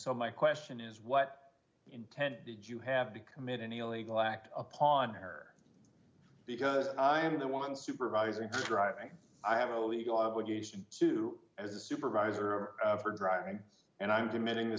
so my question is what intent did you have to commit any illegal act upon her because i am the one supervising her driving i have a legal obligation to as a supervisor for driving and i'm committing